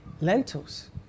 Lentils